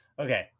Okay